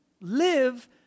live